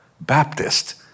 Baptist